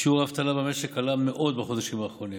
שיעור האבטלה במשק עלה מאוד בחודשים האחרונים,